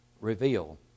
Reveal